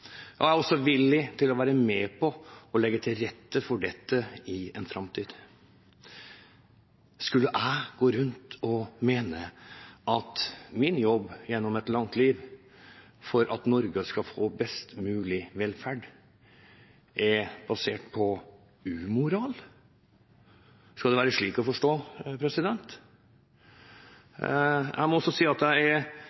er også villig til å være med på å legge til rette for dette i framtiden. Skulle jeg gå rundt og mene at min jobb gjennom et langt liv for at Norge skal få best mulig velferd, er basert på umoral? Skal det være slik å forstå?